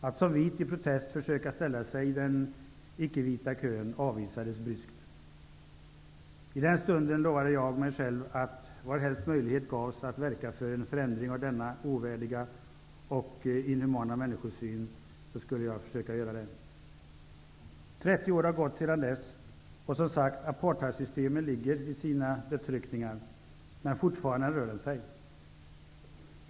Att som vit i protest försöka ställa sig i den icke-vita kön avvisades bryskt. I den stunden lovade jag mig själv att varhelst möjlighet gavs verka för en förändring av denna ovärdiga och inhumana människosyn. 30 år har gått sedan dess. Apartheidsystemet ligger i sina dödsryckningar, men det rör sig fortfarande.